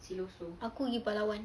aku pergi palawan